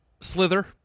Slither